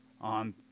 on